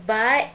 but